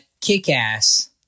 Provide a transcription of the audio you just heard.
Kick-Ass